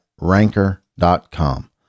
ranker.com